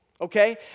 okay